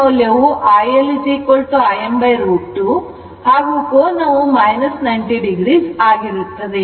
ಇದರ rms ಮೌಲ್ಯವು iL Im√ 2 ಹಾಗೂ ಕೋನವು 90 o ಆಗಿರುತ್ತದೆ